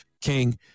King